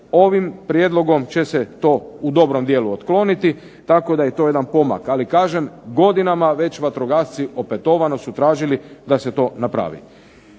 Ovim prijedlogom će se to u dobrom dijelu otkloniti tako da je to jedan pomak. Ali kažem, godinama već vatrogasci opetovano su tražili da se to napravi.